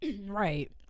Right